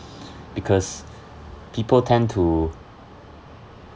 because people tend to